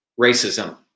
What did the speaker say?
racism